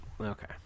Okay